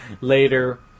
later